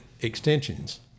extensions